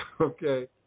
Okay